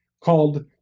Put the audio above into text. called